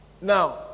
now